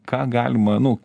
ką galima nu